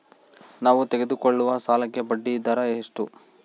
ನಾವು ತೆಗೆದುಕೊಳ್ಳುವ ಸಾಲಕ್ಕೆ ಬಡ್ಡಿದರ ಎಷ್ಟು?